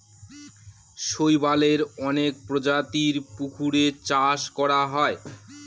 শৈবালের অনেক প্রজাতির পুকুরে চাষ করা হয়